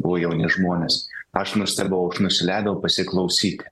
buvo jauni žmonės aš nustebau aš nusileidau pasiklausyti